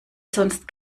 sonst